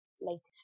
latest